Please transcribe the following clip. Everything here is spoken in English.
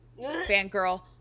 fangirl